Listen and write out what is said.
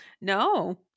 No